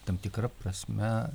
tam tikra prasme